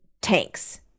tanks